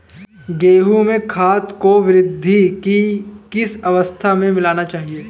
गेहूँ में खाद को वृद्धि की किस अवस्था में मिलाना चाहिए?